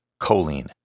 choline